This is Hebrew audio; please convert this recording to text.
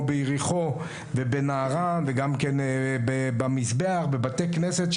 ביריחו ובנערן וגם במזבח ובבתי כנסת,